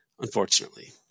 unfortunately